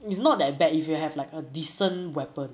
it's not that bad if you have like a decent weapon